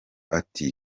ati